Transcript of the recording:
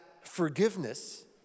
forgiveness